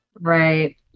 right